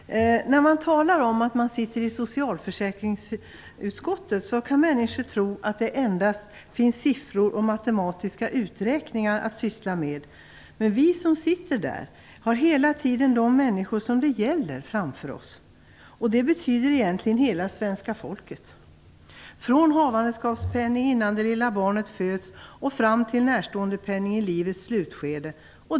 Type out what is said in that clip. Herr talman! När man talar om att man sitter i socialförsäkringsutskottet kan människor tro att man endast har siffror och matematiska uträkningar att syssla med. Men vi som sitter där har hela tiden de människor som det gäller framför oss. Det betyder egentligen hela svenska folket. Vi behandlar allt från havandeskapspenning innan det lilla barnet föds fram till närståendepenning i livets slutskede.